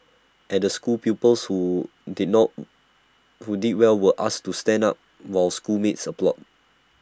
at the school pupils who did not who did well were asked to stand up while schoolmates applauded